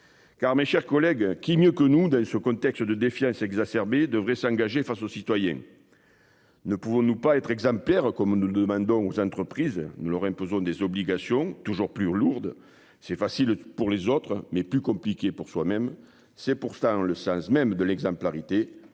Car mes chers collègues. Qui mieux que nous. Dans ce contexte de défiance. Devrait s'engager face aux citoyens. Ne pouvons-nous pas être exemplaire comme nous demandons aux entreprises nous leur imposons des obligations toujours plus lourde c'est facile pour les autres mais plus compliqué pour soi-même. C'est pourtant le sens même de l'exemplarité